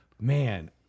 Man